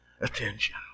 attention